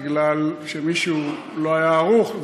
מפני שמישהו לא היה ערוך,